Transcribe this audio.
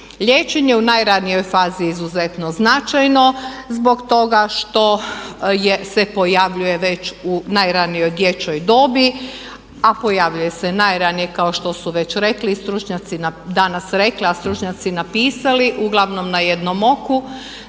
Liječenje u najranijoj fazi je izuzetno značajno zbog toga što se pojavljuje već u najranijoj dječjoj dobi, a pojavljuje se najranije kao što su već stručnjaci danas rekli i napisali uglavnom na jednom oku.